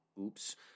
Oops